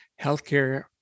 healthcare